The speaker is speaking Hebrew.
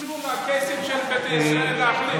תיתנו לקייסים של ביתא ישראל להחליט.